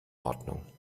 ordnung